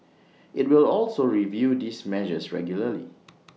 IT will also review these measures regularly